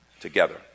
together